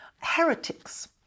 Heretics